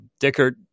Dickert